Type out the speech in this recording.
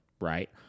Right